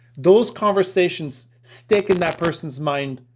those conversations stick in that person's mind,